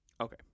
okay